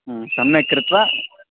सम्यक् कृत्वा